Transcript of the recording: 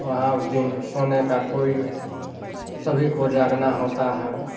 वहाँ उस दिन सोने का कोई सभी को जागना होता है